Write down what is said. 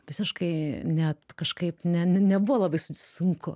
visiškai net kažkaip ne ne nebuvo labai sunku